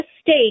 state